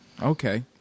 Okay